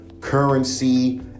Currency